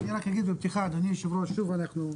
כמו שאמרנו,